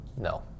No